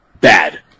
bad